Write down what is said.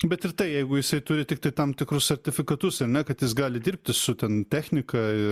bet ir tai jeigu jisai turi tiktai tam tikrus sertifikatus ar ne kad jis gali dirbti su ten technika ir